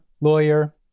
lawyer